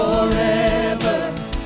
Forever